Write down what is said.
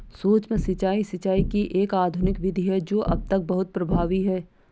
सूक्ष्म सिंचाई, सिंचाई की एक आधुनिक विधि है जो अब तक बहुत प्रभावी है